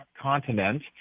continent